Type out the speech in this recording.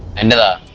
and